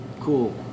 cool